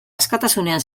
askatasunean